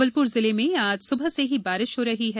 जबलप्र जिले में आज सुबह से ही बारिश हो रही है